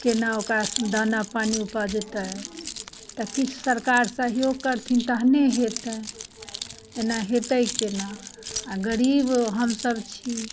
केना ओकरा दाना पानी उपजतै तऽ किछु सरकार सहयोग करथिन तखने हेतै एना हेतै केना आ गरीब हमसभ छी